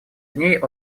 дней